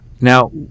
Now